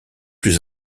plus